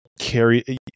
carry